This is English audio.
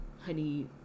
honey